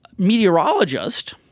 meteorologist